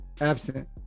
absent